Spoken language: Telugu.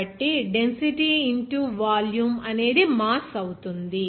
కాబట్టి డెన్సిటీ ఇంటూ వాల్యూమ్ అనేది మాస్ అవుతుంది